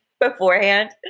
beforehand